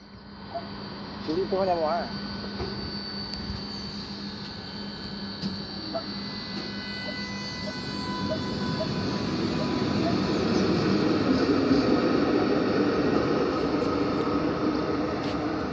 ᱛᱩᱲᱤ ᱤᱛᱟᱹ ᱦᱚᱸ ᱧᱟᱢᱚᱜᱼᱟ ᱵᱟᱝ